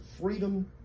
freedom